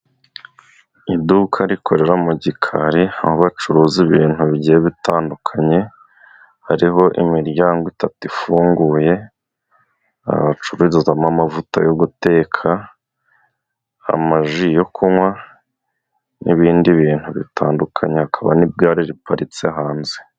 Iduka rikorera mu gikari, aho bacuruza ibintu bigiye bitandukanye, hariho imiryango itatu ifunguye, abacuruzwamo amavuta yo guteka, amaji yo kunywa, n'ibindi bintu bitandukanye hakaba n'igare riparitse hanze.